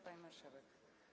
Pani Marszałek!